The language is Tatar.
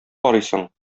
карыйсың